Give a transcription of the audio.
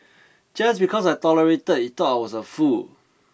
just because I tolerated he thought I was a fool